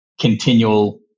continual